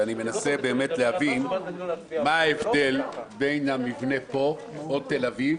ואני מנסה באמת להבין מה ההבדל בין המבנה פה או תל אביב